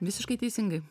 visiškai teisingai